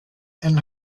and